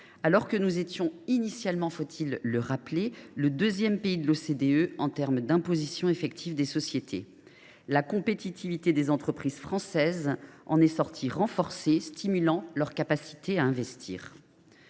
car nous étions initialement – faut il le rappeler ?– le deuxième pays de l’OCDE en matière d’imposition effective des sociétés. La compétitivité des entreprises françaises en est sortie renforcée, ce qui stimule la capacité de